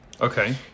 Okay